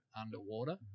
underwater